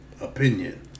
opinion